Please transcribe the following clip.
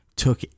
took